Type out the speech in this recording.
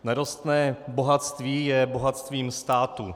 Nerostné bohatství je bohatstvím státu.